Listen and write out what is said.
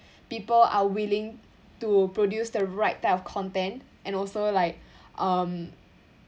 people are willing to produce the right type of content and also like um